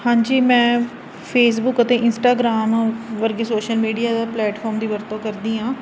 ਹਾਂਜੀ ਮੈਂ ਫੇਸਬੁਕ ਅਤੇ ਇੰਸਟਾਗਰਾਮ ਵਰਗੇ ਸੋਸ਼ਲ ਮੀਡੀਆ ਪਲੇਟਫਾਰਮ ਦੀ ਵਰਤੋਂ ਕਰਦੀ ਹਾਂ